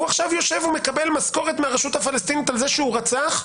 הוא עכשיו יושב ומקבל משכורת מהרשות הפלסטינית על זה שהוא רצח,